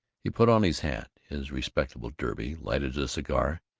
he put on his hat, his respectable derby, lighted a cigar,